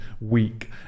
week